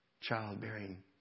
childbearing